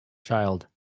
child